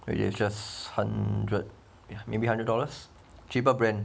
but you have just hundred ya maybe hundred dollars cheaper brand